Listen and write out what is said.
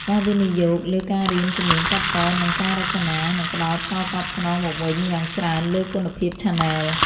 ការវិនិយោគលើការរៀនជំនាញកាត់ត និងការរចនា នឹងផ្តល់ផលតបស្នងមកវិញយ៉ាងច្រើនលើគុណភាពឆានែល។